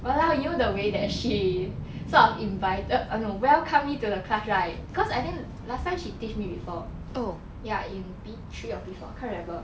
!walao! you know the way that she sort of invited no welcome me to the class right cause I think last time she teach me before ya in P three or P four I can't remember